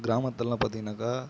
கிராமத்துல்லாம் பார்த்தீங்கன்னாக்கா